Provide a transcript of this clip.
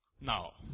now